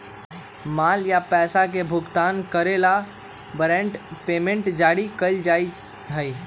माल या पैसा के भुगतान करे ला वारंट पेमेंट जारी कइल जा हई